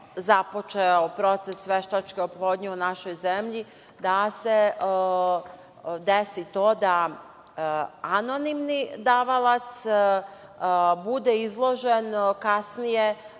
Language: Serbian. započeo proces veštačke oplodnje u našoj zemlji, da se desi to da anonimni davalac bude izložen kasnije